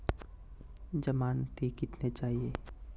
ज़मानती कितने चाहिये?